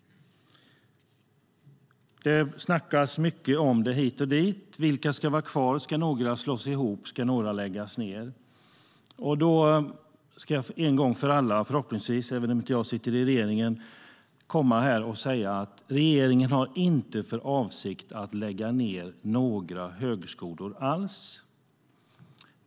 Det snackas mycket hit och dit. Vilka ska vara kvar? Ska några slås ihop? Ska några läggas ned? Jag ska en gång för alla, även om jag inte sitter i regeringen, säga att regeringen inte har för avsikt att lägga ned några högskolor alls.